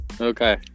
Okay